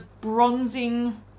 bronzing